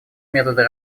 методы